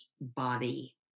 body